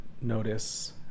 notice